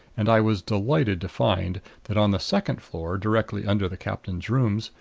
and i was delighted to find that on the second floor, directly under the captain's rooms,